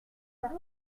faire